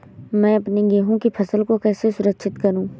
मैं अपनी गेहूँ की फसल को कैसे सुरक्षित करूँ?